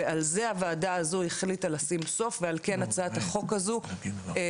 ועל זה הוועדה הזו החליטה לשים סוף ועל כן הצעת החוק הזו הוגשה,